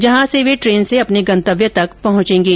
जहां से वे ट्रेन से अपने गंतव्य तक पहुंचेंगे